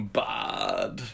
bad